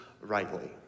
rightly